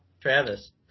Travis